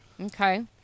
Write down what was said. Okay